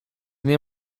nie